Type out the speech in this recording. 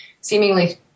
seemingly